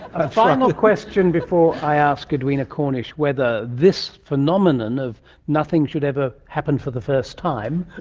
a final question before i ask edwina cornish whether this phenomenon of nothing should ever happen for the first time,